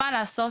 מה לעשות,